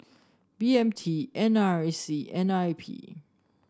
B M T N R I C and I P